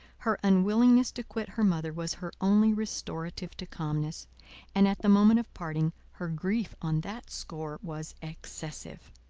her unwillingness to quit her mother was her only restorative to calmness and at the moment of parting her grief on that score was excessive.